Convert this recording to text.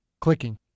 clicking